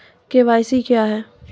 KYC क्या हैं?